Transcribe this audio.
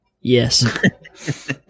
yes